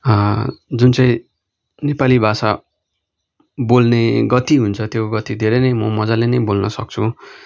जुन चाहिँ नेपाली भाषा बोल्ने गति हुन्छ त्यो गति धेरै नै म मजाले नै बोल्नसक्छु